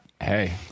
Hey